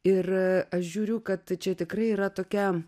ir aš žiūriu kad čia tikrai yra tokia